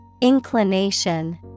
Inclination